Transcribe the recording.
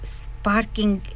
sparking